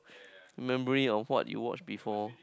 memory on what you watch before